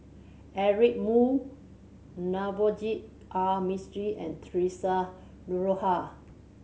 Eric Moo Navroji R Mistri and Theresa Noronha